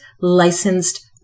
licensed